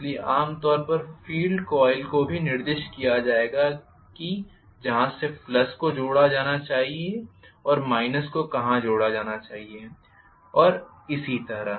इसलिए आमतौर पर फ़ील्ड कॉइल को भी निर्दिष्ट किया जाएगा कि जहां से प्लस को जोड़ा जाना चाहिए और माइनस को कहाँ जोड़ा जाना चाहिए और इसी तरह